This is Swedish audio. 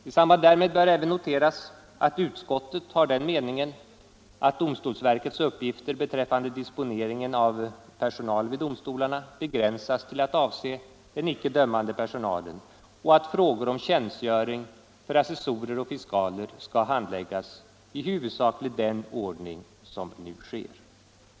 I samband därmed bör även noteras att utskottet har den meningen att domstolsverkets uppgifter beträffande disponeringen av personalen vid domstolarna begränsas till att avse den icke dömande personalen och att frågor om tjänstgöring för assessorer och fiskaler skall handläggas huvudsakligen i den ordning som nu sker.